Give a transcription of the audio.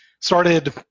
started